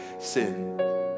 sin